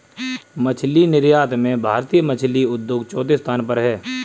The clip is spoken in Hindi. मछली निर्यात में भारतीय मछली उद्योग चौथे स्थान पर है